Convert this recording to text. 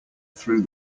threw